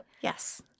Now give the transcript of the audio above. Yes